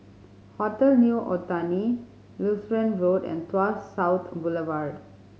Hotel New Otani Lutheran Road and Tuas South Boulevard